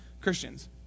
Christians